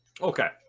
Okay